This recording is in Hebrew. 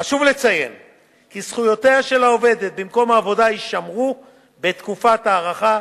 חשוב לציין כי זכויותיה של העובדת במקום העבודה יישמרו בתקופת ההארכה,